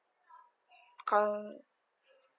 call